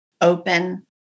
open